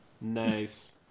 Nice